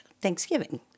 Thanksgiving